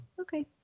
Okay